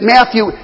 Matthew